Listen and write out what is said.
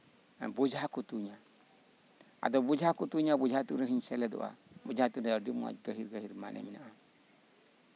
ᱵᱮᱡᱷᱟ ᱠᱚ ᱛᱩᱧᱟ ᱟᱫᱚ ᱵᱮᱡᱷᱟ ᱠᱚ ᱛᱩᱧ ᱨᱮᱦᱚᱸᱧ ᱥᱮᱞᱮᱫᱚᱜᱼᱟ ᱵᱮᱡᱷᱟ ᱛᱩᱧᱨᱮ ᱟᱹᱰᱤ ᱢᱚᱸᱡᱽ ᱜᱟᱹᱦᱤᱨ ᱜᱟᱹᱦᱤᱨ ᱢᱟᱱᱮ ᱢᱮᱱᱟᱜᱼᱟ